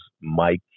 mike